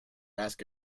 ask